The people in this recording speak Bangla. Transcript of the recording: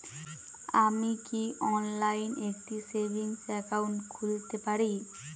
আমি কি অনলাইন একটি সেভিংস একাউন্ট খুলতে পারি?